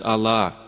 Allah